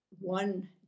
one